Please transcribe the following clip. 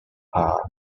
are